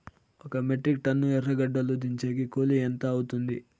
ఒక metric tonne ఎర్రగడ్డలు దించేకి కూలి ఎంత అవుతుంది?